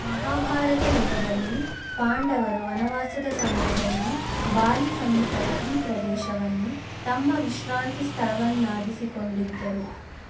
ಮಹಾಭಾರತ ಯುಗದಲ್ಲಿ ಪಾಂಡವರು ವನವಾಸದ ಸಮಯದಲ್ಲಿ ಬಾಲಿ ಸಮೀಪದ ಈ ಪ್ರದೇಶವನ್ನು ತಮ್ಮ ವಿಶ್ರಾಂತಿ ಸ್ಥಳವನ್ನಾಗಿಸಿಕೊಂಡಿದ್ದರು